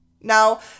Now